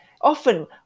often